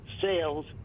sales